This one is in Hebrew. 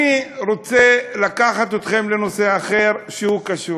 אני רוצה לקחת אתכם לנושא אחר, שקשור.